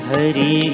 Hari